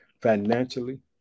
financially